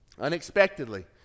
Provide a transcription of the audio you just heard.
unexpectedly